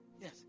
Yes